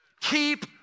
Keep